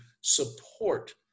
support